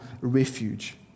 refuge